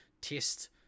test